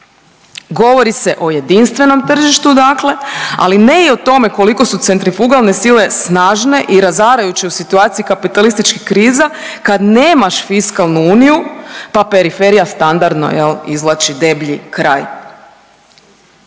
Govori se jedinstvenom tržištu, ali ne i o tome koliko su centrifugalne sile snažne i razarajuće u situaciji kapitalističkih kriza kad nemaš fiskalnu Uniju, pa periferija standardno jel izvlači deblji kraj.